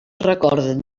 recorden